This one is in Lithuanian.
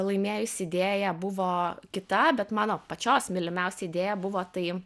laimėjusi idėja buvo kita bet mano pačios mylimiausia idėja buvo tai